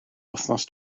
wythnos